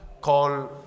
call